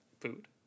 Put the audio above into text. food